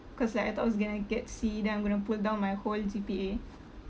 cause like I thought I was going to get C then I'm going to pull down my whole G_P_A